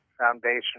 foundation